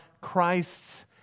Christ's